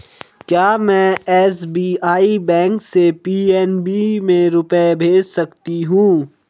क्या में SBI bank से पी.एन.बी में रुपये भेज सकती हूँ?